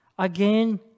Again